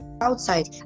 outside